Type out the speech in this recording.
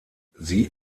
sie